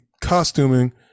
costuming